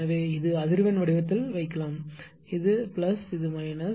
எனவே இது அதிர்வெண் வடிவத்தில் வைக்கலாம் இது பிளஸ் இது மைனஸ்